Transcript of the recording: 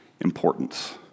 importance